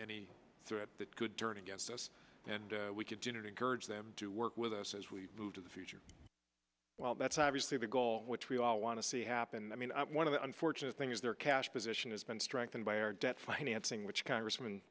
any threat that could turn against us and we continue to encourage them to work with us as we move to the future while that's obviously the goal which we all want to see happen and i mean one of the unfortunate thing is their cash position has been strengthened by our debt financing which congressm